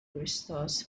restores